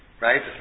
right